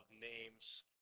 names